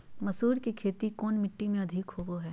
मसूर की खेती कौन मिट्टी में अधीक होबो हाय?